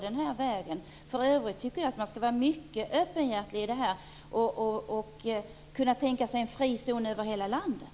Jag tycker för övrigt att man bör kunna vara mycket öppen och tänka sig en frizon över hela landet.